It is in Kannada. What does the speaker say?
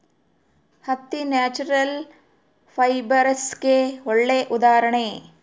ಹತ್ತಿ ನ್ಯಾಚುರಲ್ ಫೈಬರ್ಸ್ಗೆಗೆ ಒಳ್ಳೆ ಉದಾಹರಣೆ